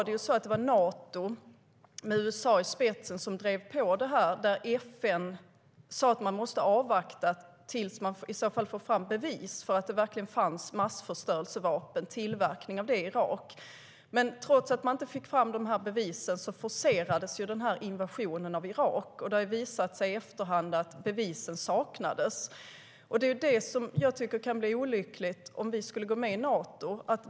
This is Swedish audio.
Det var Nato med USA i spetsen som drev på där FN sa att man måste avvakta tills bevis fanns för att det sker tillverkning av massförstörelsevapen i Irak. Trots att man inte fick fram bevisen forcerades invasionen av Irak, och det har visat sig i efterhand att bevisen saknades. Det är det som kan bli olyckligt om vi går med i Nato.